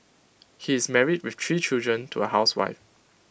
he is married with three children to A housewife